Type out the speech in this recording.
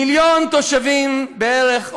מיליון תושבים בערך,